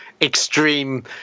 extreme